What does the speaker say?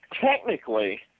Technically